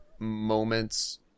moments